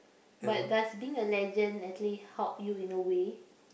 but does being a legend actually help you in a way